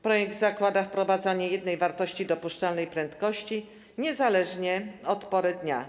Projekt zakłada wprowadzenie jednej wartości dopuszczalnej prędkości niezależnie od pory dnia.